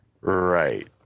right